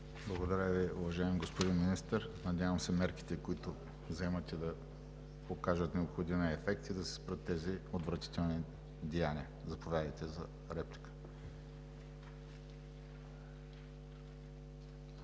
Благодаря Ви, уважаеми господин Министър. Надявам се мерките, които вземате, да окажат необходимия ефект и да се спрат тези отвратителни деяния. Заповядайте за реплика.